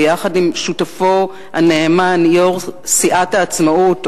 ביחד עם שותפו הנאמן יושב-ראש סיעת העצמאות,